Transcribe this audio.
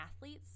athletes